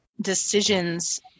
decisions